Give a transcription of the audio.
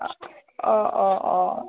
অঁ অঁ অঁ